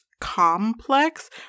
complex